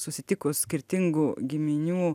susitikus skirtingų giminių